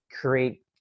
create